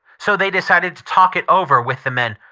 so they decided to talk it over with the men.